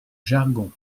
jargon